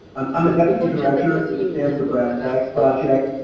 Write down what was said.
um i'm a deputy director with the samhsa brss tacs project,